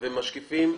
ומשקיפים,